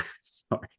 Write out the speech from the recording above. Sorry